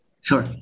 Sure